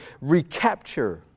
recapture